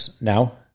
now